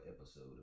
episode